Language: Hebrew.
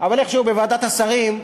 אבל איכשהו בוועדת השרים,